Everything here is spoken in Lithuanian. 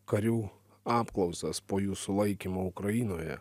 karių apklausas po jų sulaikymo ukrainoje